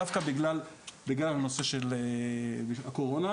דווקא בגלל הנושא של נגיף הקורונה.